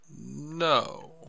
no